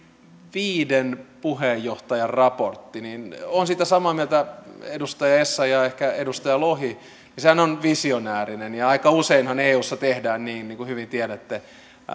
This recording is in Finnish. viiden puheenjohtajan raportti olen siitä samaa mieltä edustaja essayah ja ehkä edustaja lohi että sehän on visionäärinen aika useinhan eussa tehdään niin niin kuin hyvin tiedätte että